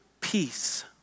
peace